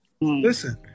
Listen